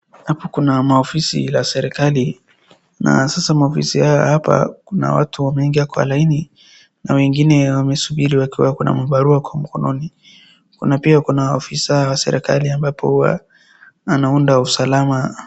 Hapa kuna maofisi la serikali na sasa maofisi haya ya hapa kuna watu wameingia kwa laini na wengine wamesubiri wakiwa wako na mabarua kwa mkononi. pia kuna ofisa wa serikali ambapo huwa anaunda usalama